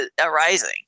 arising